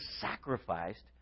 sacrificed